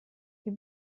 wird